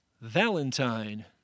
Valentine